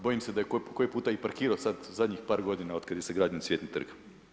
Bojim se da je koji puta i parkirao sad zadnjih par godina od kad je sagrađen Cvjetni trg.